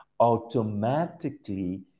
automatically